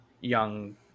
young